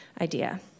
idea